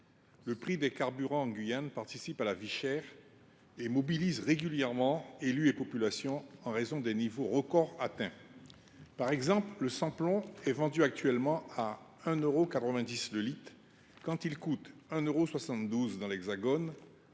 le prix des carburants en Guyane participe à la cherté de la vie et mobilise régulièrement élus et population en raison des niveaux records atteints. Par exemple, le sans plomb est actuellement vendu à 1,90 euro par litre, quand il coûte 1,72 euro dans l’Hexagone.